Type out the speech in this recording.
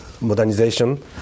modernization